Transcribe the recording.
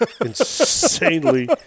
insanely